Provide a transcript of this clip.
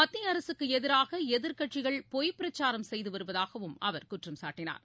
மத்திய அரசுக்கு எதிராக எதிர்க்கட்சிகள் பொய் பிரச்சாரம் செய்து வருவதாகவும் அவர் குற்றம் சாட்டனார்